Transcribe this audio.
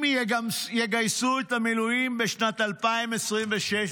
אם יגייסו את המילואים בשנת 2026,